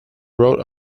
wrote